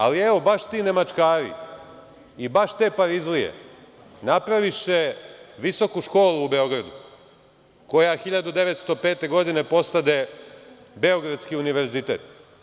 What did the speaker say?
Ali, evo, baš ti „nemačkari“ i baš te „parizlije“, napraviše visoku školu u Beogradu, koja 1905. godine postade Beogradski univerzitet.